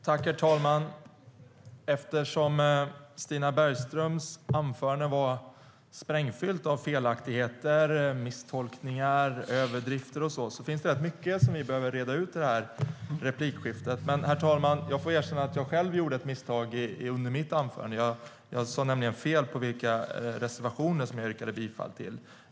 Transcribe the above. Herr talman! Eftersom Stina Bergströms anförande var sprängfyllt med felaktigheter, misstolkningar och överdrifter finns det mycket som vi behöver reda ut i det här replikskiftet. Jag får dock erkänna att jag själv gjorde ett misstag i mitt anförande. Jag sa nämligen fel på de reservationer som jag yrkade bifall till.